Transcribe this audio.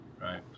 Right